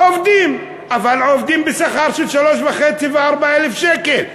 עובדים, אבל עובדים בשכר של 3,500 ו-4,000 שקל.